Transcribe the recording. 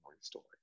story